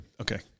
Okay